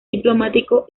diplomático